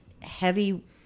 Heavy